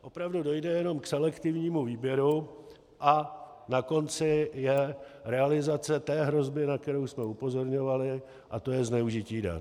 Opravdu dojde jenom k selektivnímu výběru a na konci je realizace té hrozby, na kterou jsme upozorňovali, a to je zneužití dat.